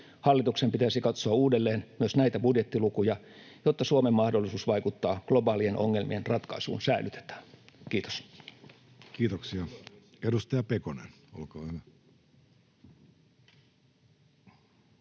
Hallituksen pitäisi katsoa uudelleen myös näitä budjettilukuja, jotta Suomen mahdollisuus vaikuttaa globaalien ongelmien ratkaisuun säilytetään. — Kiitos. Kiitoksia. — Edustaja Pekonen, olkaa hyvä.